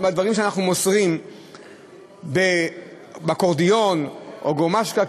הדברים שאנחנו מוסרים באקורדיון או גרמושקה,